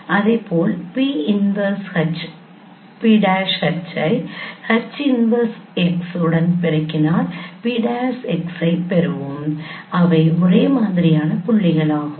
இதேபோல் P'H ஐ H 1X உடன் பெருக்கினால் P'X ஐப் பெறுவோம் அவை ஒரே மாதிரியான புள்ளிகளாகும்